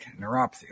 neuropathy